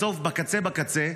בסוף, בקצה בקצה,